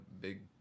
big